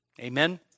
Amen